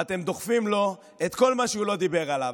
ואתם דוחפים לו את כל מה שהוא לא דיבר עליו,